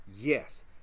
yes